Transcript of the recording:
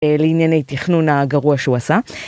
א...לענייני תכנון ה...גרוע שהוא עשה.